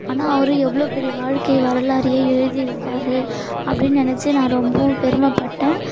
ஆனால் அவர் எவ்வளோ பெரிய வாழ்க்கை வரலாறையே எழுதியிருக்காரு அப்படின்னு நெனைச்சு நான் ரொம்பவும் பெருமைப்பட்டேன்